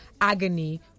agony